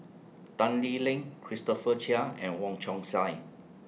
Tan Lee Leng Christopher Chia and Wong Chong Sai